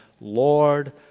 Lord